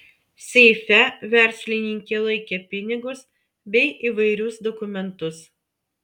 seife verslininkė laikė pinigus bei įvairius dokumentus